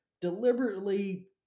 deliberately